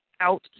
out